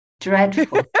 Dreadful